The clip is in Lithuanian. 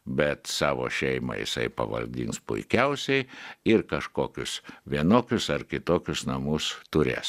bet savo šeimą jisai pavalgdins puikiausiai ir kažkokius vienokius ar kitokius namus turės